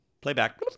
Playback